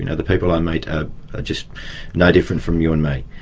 you know the people i meet are just no different from you and me.